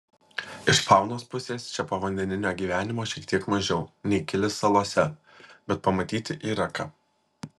iš faunos pusės čia povandeninio gyvenimo šiek tiek mažiau nei gili salose bet pamatyti yra ką